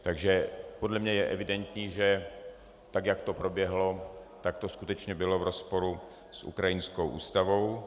Takže podle mě je evidentní, že tak jak to proběhlo, tak to skutečně bylo v rozporu s ukrajinskou ústavou.